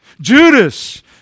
Judas